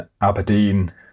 Aberdeen